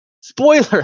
spoiler